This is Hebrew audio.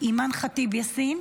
אימאן ח'טיב יאסין,